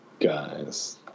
Guys